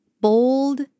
bold